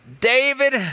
David